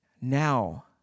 now